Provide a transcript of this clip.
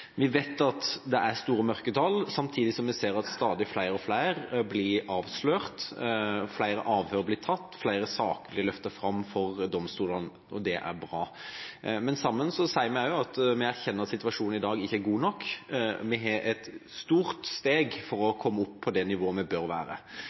Vi vet at det er store mørketall, samtidig som vi ser at stadig flere blir avslørt, flere avhør blir tatt, flere saker blir løftet fram for domstolen. Det er bra. Men sammen sier vi også at vi erkjenner at situasjonen i dag ikke er god nok – vi har et stort steg for å komme opp på det nivået vi bør være.